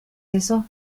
eso